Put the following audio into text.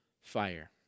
fire